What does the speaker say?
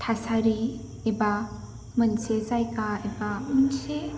थासारि एबा मोनसे जायगा एबा मोनसे